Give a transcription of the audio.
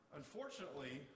unfortunately